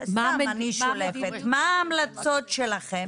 מה ההמלצות שלכם,